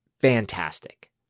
fantastic